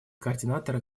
координатора